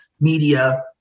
media